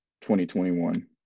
2021